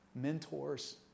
Mentors